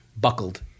buckled